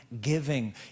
giving